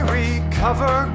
recover